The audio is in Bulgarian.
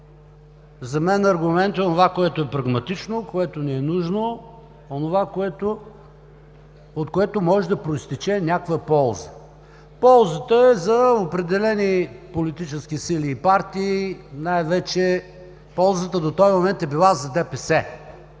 За мен аргумент е онова, което е прагматично, което ни е нужно, онова, от което може да произтече някаква полза. Ползата е за определени политически сили и партии, най-вече ползата до този момент е била за ДПС.